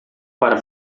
para